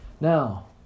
Now